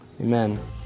amen